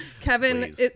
Kevin